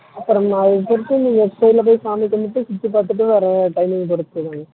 அப்புறம் அதற்கடுத்து நீங்கள் கோயிலில் போய் சாமி கும்பிட்டு சுற்றி பார்த்துட்டு வர டைமிங் பொறுத்து தாங்க